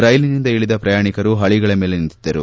ರೈಲಿನಿಂದ ಇಳಿದ ಪ್ರಯಾಣಿಕರು ಪಳಿಗಳ ಮೇಲೆ ನಿಂತಿದ್ದರು